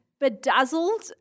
bedazzled